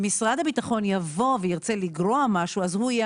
משרד הביטחון יבוא וירצה לגרוע משהו אז הוא יהיה